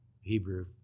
Hebrew